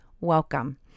Welcome